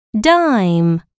dime